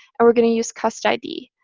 and we're going to use cust id.